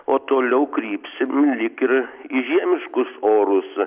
o toliau krypsim lyg ir į žiemiškus orus